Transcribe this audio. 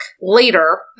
later